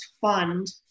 fund